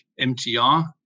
MTR